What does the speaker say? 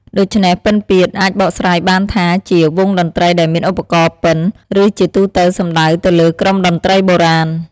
ដូច្នេះ "ពិណពាទ្យ" អាចបកស្រាយបានថាជា "វង់តន្ត្រីដែលមានឧបករណ៍ពិណ" ឬជាទូទៅសំដៅទៅលើក្រុមតន្ត្រីបុរាណ។